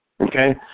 okay